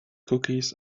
cookies